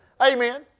Amen